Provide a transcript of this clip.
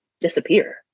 disappear